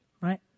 right